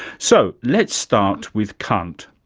so, let's start with kant.